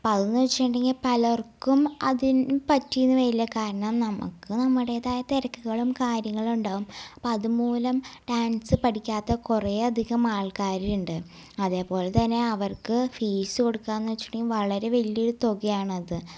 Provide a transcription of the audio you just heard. അപ്പം അതെന്ന് വച്ചിട്ടുണ്ടെങ്കിൽ പലർക്കും അതിന് പറ്റീന്ന് വരില്ല കാരണം നമുക്ക് നമ്മുടേതായ തിരക്കുകളും കാര്യങ്ങളുമുണ്ടാവും അപ്പതുമൂലം ഡാൻസ് പഠിക്കാത്ത കുറെ അധികം ആൾക്കാരുണ്ട് അതേപോലെ തന്നെ അവർക്ക് ഫീസ് കൊടുക്കാന്ന് വച്ചിട്ടുണ്ടെങ്കിൽ വളരെ വലിയൊരു തുകയാണത്